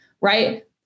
Right